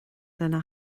lena